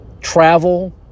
travel